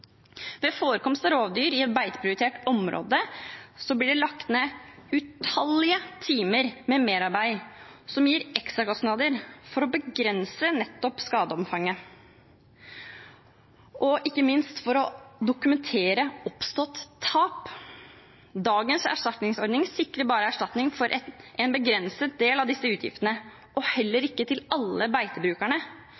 Ved forekomst av rovdyr i beiteprioritert område blir det lagt ned utallige timer med merarbeid som gir ekstrakostnader for å begrense nettopp skadeomfanget, og ikke minst for å dokumentere oppstått tap. Dagens erstatningsordning sikrer bare erstatning for en begrenset del av disse utgiftene og heller